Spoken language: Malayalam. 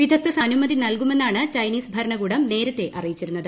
വിദഗ്ദ്ധ സംഘത്തിന് അനുമതി നൽകുമെന്നാണ് ചൈനീസ് ഭരണകൂടം നേരത്തെ അറിയിച്ചിരുന്നത്